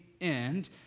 end